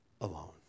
alone